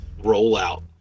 rollout